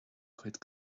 cuid